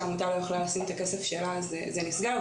העמותה לא יכולה לשים את הכסף שלה אז זה נסגר,